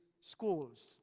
schools